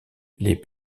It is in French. les